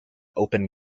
open